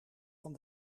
van